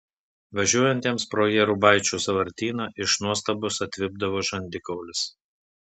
važiuojantiems pro jėrubaičių sąvartyną iš nuostabos atvipdavo žandikaulis